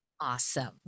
Awesome